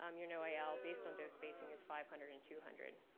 um your noael based on dose basing is five hundred and two hundred.